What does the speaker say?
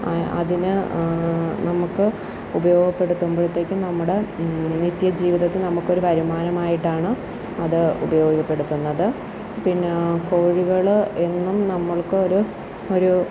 അതിന് നമുക്ക് ഉപയോഗപ്പെടുത്തുമ്പോഴത്തേക്കും നമ്മുടെ നിത്യ ജീവിതത്തിൽ നമുക്കൊരു വരുമാനമായിട്ടാണ് അത് ഉപയോഗപ്പെടുത്തുന്നത് പിന്നാ കോഴികൾ എന്നും നമ്മൾക്കൊരു ഒരു